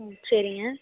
ம் சரிங்க